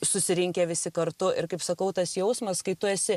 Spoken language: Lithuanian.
susirinkę visi kartu ir kaip sakau tas jausmas kai tu esi